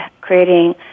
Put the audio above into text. creating